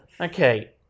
Okay